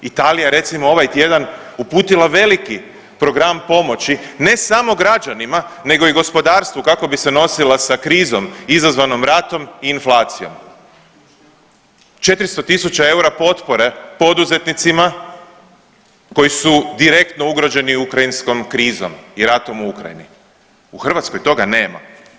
Italija je recimo ovaj tjedan uputila veliki program pomoći ne samo građanima nego i gospodarstvu kako bi se nosila sa krizom izazvanom ratom i inflacijom, 400 tisuća eura potpore poduzetnicima koji su direktno ugroženi ukrajinskom krizom i ratom u Ukrajini, u Hrvatskoj toga nema.